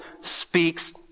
speaks